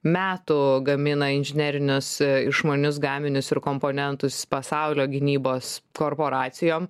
metų gamina inžinerinius išmanius gaminius ir komponentus pasaulio gynybos korporacijom